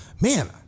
man